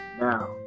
Now